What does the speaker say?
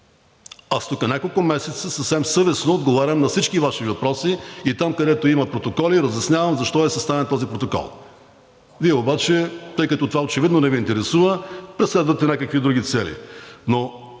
Тук няколко месеца съвсем съвестно отговарям на всички Ваши въпроси и там, където има протоколи, разяснявам защо е съставен този протокол. Вие обаче, тъй като това очевидно не Ви интересува, преследвате някакви други цели.